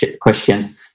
questions